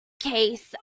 case